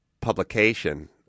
publication